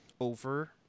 Over